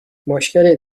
مشکلی